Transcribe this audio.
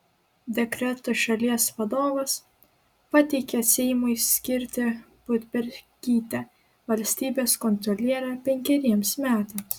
dekretu šalies vadovas pateikė seimui skirti budbergytę valstybės kontroliere penkeriems metams